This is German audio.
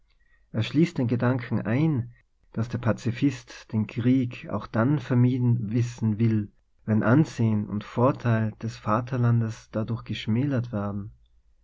er schließt den gedanken ein daß der pazifist den krieg auch dann vermieden wissen will wenn ansehen und vorteil des vaterlandes dadurch geschmälert werden